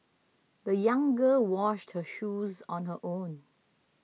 the young girl washed her shoes on her own